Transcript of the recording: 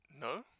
no